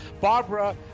Barbara